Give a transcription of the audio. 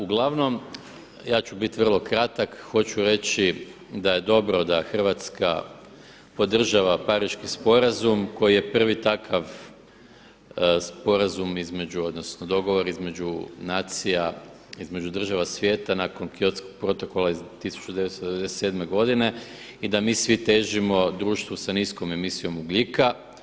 Uglavnom, ja ću biti vrlo kratak, hoću reći da je dobro da Hrvatska podržava Pariški sporazum koji je prvi takav sporazum između, odnosno dogovor između nacija, između država svijeta nakon Kyotskog protokola iz 1997. godine i da mi svi težimo društvu sa niskom emisijom ugljika.